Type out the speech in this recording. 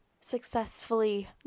successfully